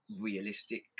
realistic